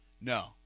No